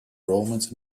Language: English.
romance